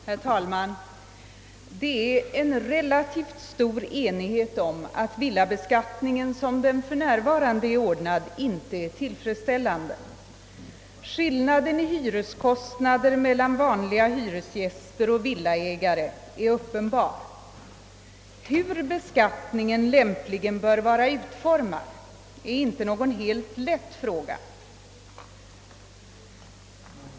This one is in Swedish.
Herr talman! Det råder relativt stor enighet om att villabeskattningen, såsom den för närvarande är ordnad, inte är tillfredsställande. Skillnaden i hyreskostnader mellan vanliga hyresgäster och villaägare är uppenbar. Hur beskattningen lämpligen bör vara utformad är inte någon lätt fråga.